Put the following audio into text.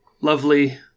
lovely